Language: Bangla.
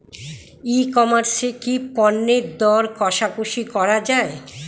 ই কমার্স এ কি পণ্যের দর কশাকশি করা য়ায়?